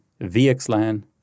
VXLAN